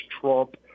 Trump